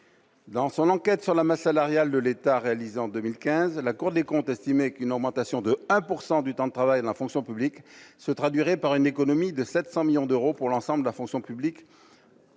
dans son enquête sur la masse salariale de l'État a réalisé en 2015 la Cour des comptes estimait qu'une augmentation de 1 pourcent du temps de travail, la fonction publique se traduirait par une économie de 700 millions d'euros pour l'ensemble de la fonction publique.